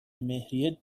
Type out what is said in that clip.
مهریه